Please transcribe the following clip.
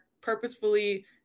purposefully